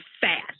fast